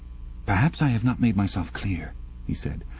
perhaps i have not made myself clear he said.